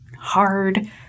hard